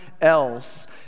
else